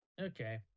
Okay